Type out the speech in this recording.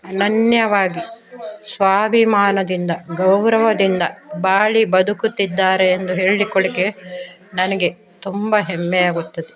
ಅನನ್ಯವಾಗಿ ಸ್ವಾಭಿಮಾನದಿಂದ ಗೌರವದಿಂದ ಬಾಳಿ ಬದುಕುತ್ತಿದ್ದಾರೆ ಎಂದು ಹೇಳಿಕೊಳ್ಳಿಕ್ಕೆ ನನಗೆ ತುಂಬ ಹೆಮ್ಮೆಯಾಗುತ್ತದೆ